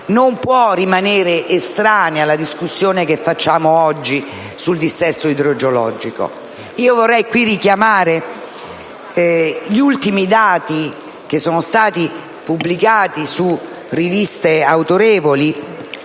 non può rimanere estranea alla discussione che facciamo oggi sul dissesto idrogeologico. Vorrei qui richiamare gli ultimi dati che sono stati pubblicati su autorevoli